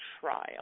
trial